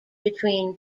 between